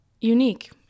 unique